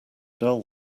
dull